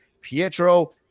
Pietro